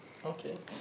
okay